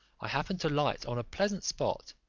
i happened to light on a pleasant spot,